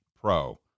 pro